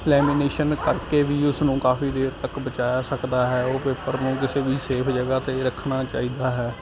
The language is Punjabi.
ਲੈਮੀਨੇਸ਼ਨ ਕਰਕੇ ਵੀ ਉਸਨੂੰ ਕਾਫ਼ੀ ਦੇਰ ਤੱਕ ਬਚਾਇਆ ਸਕਦਾ ਹੈ ਉਹ ਪੇਪਰ ਨੂੰ ਕਿਸੇ ਵੀ ਸੇਫ ਜਗ੍ਹਾ 'ਤੇ ਰੱਖਣਾ ਚਾਹੀਦਾ ਹੈ